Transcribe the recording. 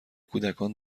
کودکان